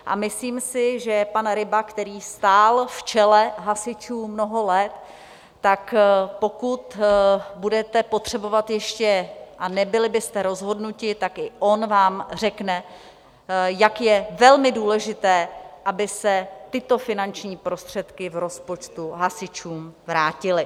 A myslím si, že pan Ryba, který stál v čele hasičů mnoho let, tak pokud budete potřebovat ještě a nebyli byste rozhodnuti tak i on vám řekne, jak je velmi důležité, aby se tyto finanční prostředky v rozpočtu hasičům vrátily.